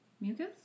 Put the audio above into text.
mucus